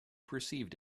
perceived